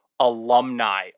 alumni